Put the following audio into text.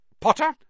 Potter